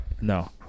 No